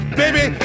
baby